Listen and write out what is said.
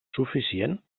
suficient